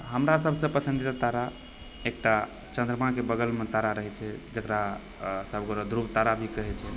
हमरा सबसँ पसन्दीदा तारा एकटा चन्द्रमाके बगलमे तारा रहै छै जकरा सब गोटा ध्रुव तारा भी कहै छै